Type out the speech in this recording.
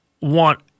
want